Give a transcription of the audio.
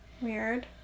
Weird